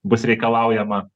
bus reikalaujama